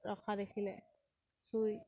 ৰখা দেখিলে চুই